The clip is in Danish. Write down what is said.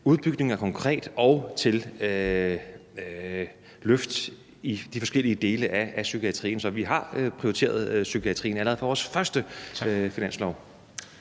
udbygninger konkret og til løft i de forskellige dele af psykiatrien. Så vi har prioriteret psykiatrien allerede på vores første finanslov.